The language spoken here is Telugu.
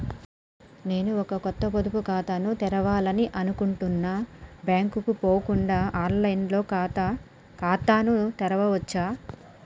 నేను ఒక కొత్త పొదుపు ఖాతాను తెరవాలని అనుకుంటున్నా బ్యాంక్ కు పోకుండా ఆన్ లైన్ లో ఖాతాను తెరవవచ్చా?